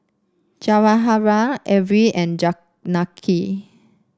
Ghanshyam Arvind and Janaki